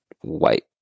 white